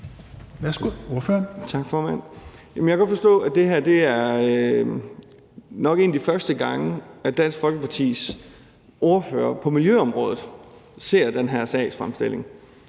Danielsen (V): Tak, formand. Jamen jeg kan forstå, at det her nok er en af de første gange, at Dansk Folkepartis ordfører på miljøområdet ser den her sagsfremstilling.